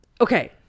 Okay